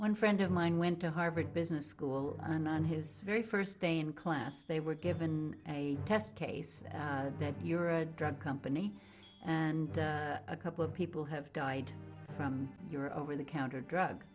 one friend of mine went to harvard business school and on his very first day in class they were given a test case that you're a drug company and a couple of people have died from your over the counter drug